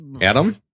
Adam